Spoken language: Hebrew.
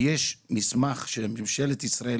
יש מסמך שממשלת ישראל